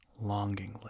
longingly